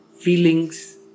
feelings